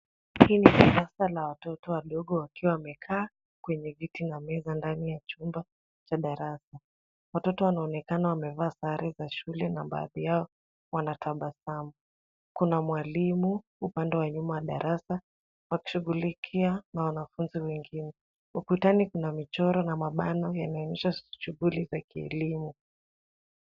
Hii ni darasa la watoto wadogo wakiwa wamekaa kwenye viti na meza ndani ya chumba cha darasa. Watoto wanaonekana wamevaa sare za shule na baadhi yao wanatabasamu. Kuna mwalimu upande wa nyuma wa darasa wakishughulikia wanafunzi wengine. Ukutani kuna michoro na mabango yanayoonyesha shughuli za kielimu.